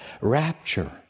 Rapture